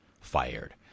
fired